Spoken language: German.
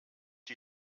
die